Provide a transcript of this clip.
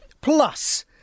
Plus